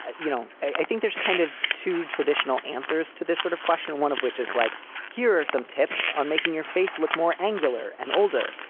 you know, i think there's kind of two traditional answers to this sort of question, one of which is like here are some tips on making your face look more angular and older.